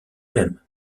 même